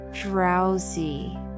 drowsy